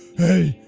hey.